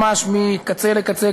ממש מקצה לקצה,